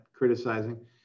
criticizing